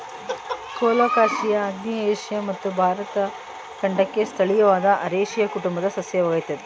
colocasia ಆಗ್ನೇಯ Asia ಮತ್ತು ಭಾರತ ಖಂಡಕ್ಕೆ ಸ್ಥಳೀಯವಾದ ಅರೇಸಿಯ ಕುಟುಂಬದ ಸಸ್ಯವಾಗಯ್ತೆ